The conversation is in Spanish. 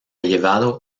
llevado